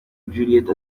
juliet